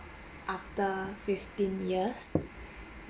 after fifteen years